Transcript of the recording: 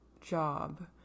job